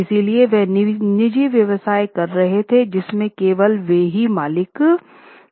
इसलिए वे निजी व्यवसाय कर रहे थे जिसमें केवल वे ही मालिक थे